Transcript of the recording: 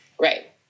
Right